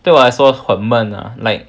对我来说很闷 lah like